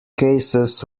cases